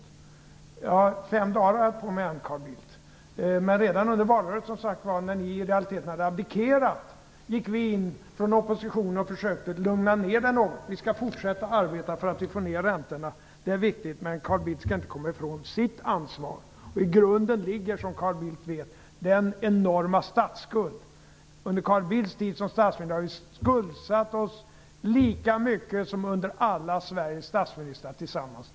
Nu har jag igen fem dagar på mig, Carl Bildt. Redan under valrörelsen, när ni i realiteten hade abdikerat, gick vi från oppositionen in och försökte lugna ner marknaden. Vi skall fortsätta att arbeta för att få ner räntorna. Det är viktigt. Men Carl Bildt kan inte komma ifrån sitt ansvar. I grunden ligger, som Carl Bildt vet, en enorm statsskuld. Under Carl Bildts tid som statsminister har vi skuldsatt oss lika mycket som under alla Sveriges tidigare statsministrar tillsammans.